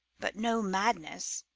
but no madness,